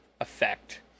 effect